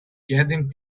getting